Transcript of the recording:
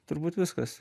turbūt viskas